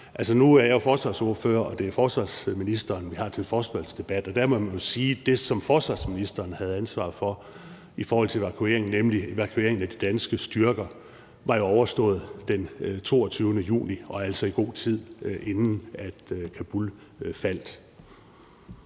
nu er jeg jo forsvarsordfører, og det er forsvarsministeren, vi har til forespørgselsdebat, og man må jo sige, at det, som forsvarsministeren havde ansvaret for i forhold til evakueringen, nemlig evakueringen af de danske styrker, jo var overstået den 22. juni, altså i god tid, inden Kabul faldt.